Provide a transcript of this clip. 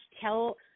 tell